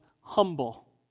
humble